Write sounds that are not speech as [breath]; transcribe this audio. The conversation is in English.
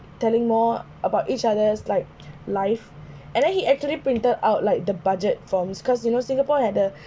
telling more about each other's like [breath] life [breath] and then he actually printed out like the budget forms because you know singapore had the [breath]